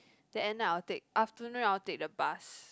then end I'll take afternoon I will take the bus